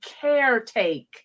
caretake